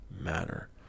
matter